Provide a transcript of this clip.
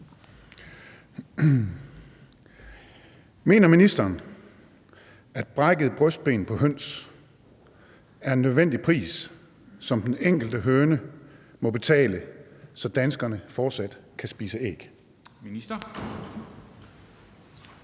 Mener ministeren, at brækkede brystben på høns er en nødvendig pris, som den enkelte høne må betale, for at danskerne fortsat kan spise æg?